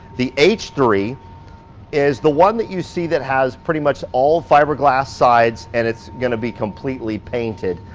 the h three is the one that you see that has pretty much all fiberglass sides and it's gonna be completely painted.